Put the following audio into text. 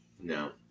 No